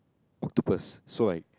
octopus so I